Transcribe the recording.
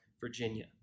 Virginia